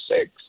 six